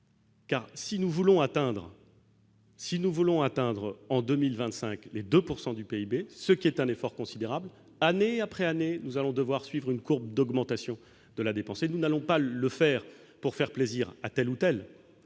si nous voulons atteindre en 2025 les 2 pourcent du du PIB, ce qui est un effort considérable l'année après année, nous allons devoir suivre une courbe d'augmentation de la dépense et nous n'allons pas le faire pour faire plaisir à telle ou telle